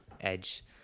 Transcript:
edge